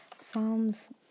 Psalms